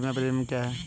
बीमा प्रीमियम क्या है?